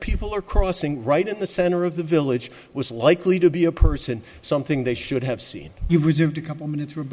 people are crossing right in the center of the village was likely to be a person something they should have seen you reserved a couple minutes